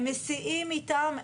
הם מסיעים איתם,